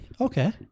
Okay